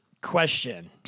question